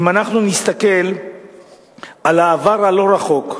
אם אנחנו נסתכל על העבר הלא-רחוק,